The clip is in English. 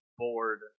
board